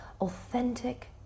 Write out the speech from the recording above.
authentic